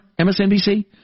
MSNBC